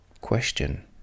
question